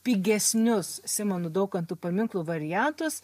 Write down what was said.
pigesnius simono daukanto paminklo variantus